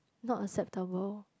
not acceptable